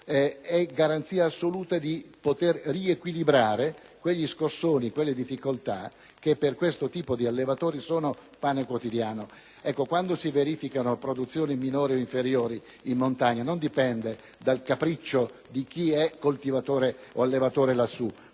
è garanzia assoluta per poter riequilibrare quegli scossoni, quelle difficoltà che per questo tipo di allevatori sono pane quotidiano. Quando si registrano produzioni minori o inferiori in montagna non dipende dal capriccio di chi è coltivatore o allevatore in